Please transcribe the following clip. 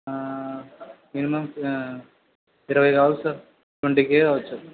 minimum ఇరవై కావాలి sir twenty K కావొచ్చు